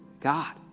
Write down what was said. God